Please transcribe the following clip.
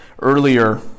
earlier